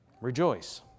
Rejoice